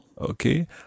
Okay